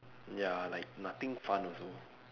ya like nothing fun also